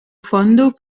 fondo